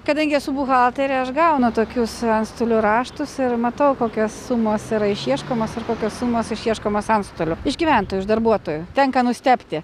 kadangi esu buhalterė aš gaunu tokius antstolių raštus ir matau kokios sumos yra išieškomos ir kokios sumos išieškomos antstolių išgyventų iš darbuotojų tenka nustebti